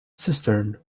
cistern